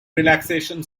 relaxation